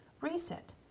Reset